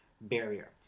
barrier